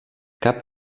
cap